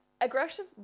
Aggressive